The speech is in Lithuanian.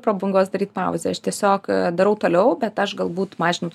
prabangos daryti pauzę aš tiesiog darau toliau bet aš galbūt mažinu